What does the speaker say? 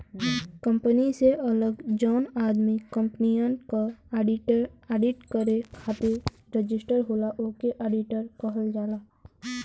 company से अलग जौन आदमी कंपनियन क आडिट करे खातिर रजिस्टर होला ओके आडिटर कहल जाला